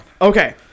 Okay